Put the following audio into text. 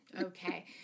Okay